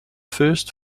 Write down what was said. first